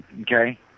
okay